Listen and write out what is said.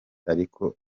ariko